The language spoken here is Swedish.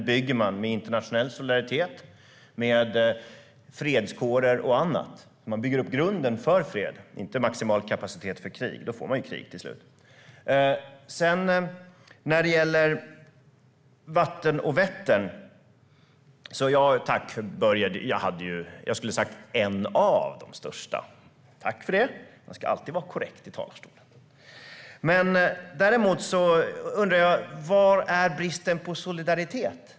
Den bygger man med internationell solidaritet, med fredskårer och med annat. Man bygger upp grunden för fred, och inte maximal kapacitet för krig. Då får man krig till slut. När det gäller vatten och Vättern får jag tacka Börje; jag skulle ha sagt en av de största. Tack för det - man ska alltid vara korrekt i talarstolen! Däremot undrar jag var solidariteten finns.